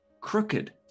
crooked